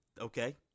Okay